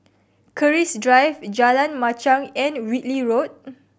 Keris Drive Jalan Machang and Whitley Road